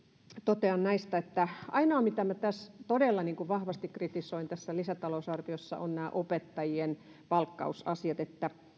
totean että ainoa mitä minä todella vahvasti kritisoin tässä lisätalousarviossa on nämä opettajien palkkausasiat